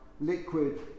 liquid